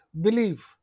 believe